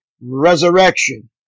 Resurrection